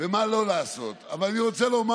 לא היה דבר